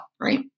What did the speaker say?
right